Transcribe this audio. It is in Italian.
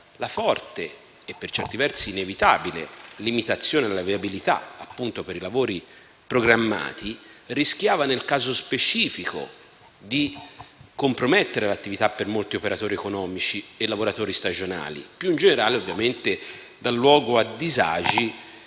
La forte e, per certi versi, inevitabile limitazione della viabilità per i lavori programmati rischiava, nel caso specifico, di compromettere l'attività di molti operatori economici e lavoratori stagionali; più in generale, ovviamente, essa dà luogo a disagi